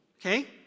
okay